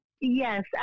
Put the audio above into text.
Yes